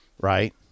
Right